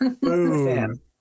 Boom